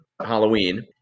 Halloween